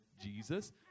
Jesus